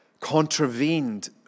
contravened